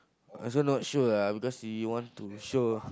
I also not sure ah because he want to show